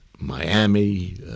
Miami